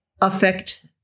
affect